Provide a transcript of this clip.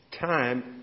time